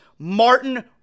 Martin